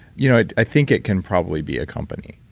you know i i think it can probably be a company,